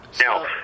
Now